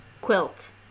Quilt